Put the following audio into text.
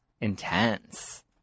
intense